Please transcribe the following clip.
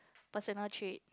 personal trait